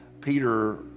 Peter